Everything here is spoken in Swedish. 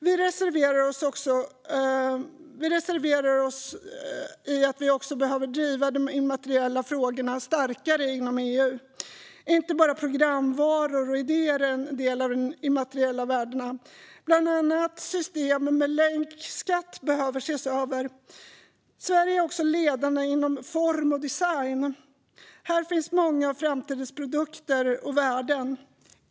Vi reserverar oss också vad gäller behovet av att driva de immateriella frågorna starkare i EU. Inte bara programvaror och idéer är en del av de immateriella värdena. Bland annat behöver systemet med länkskatter ses över. Sverige är också ledande inom form och design. Här finns många av framtidens produkter och värden.